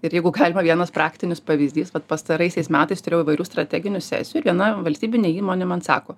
ir jeigu galima vienas praktinis pavyzdys vat pastaraisiais metais turėjau įvairių strateginių sesijų ir viena valstybinė įmonė man sako